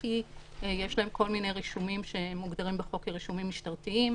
כי יש להם כל מיני רישומים שמוגדרים בחוק כרישומים משטרתיים: